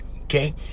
okay